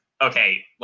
okay